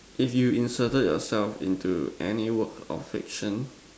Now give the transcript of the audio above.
if you inserted yourself into any work of fiction